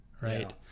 right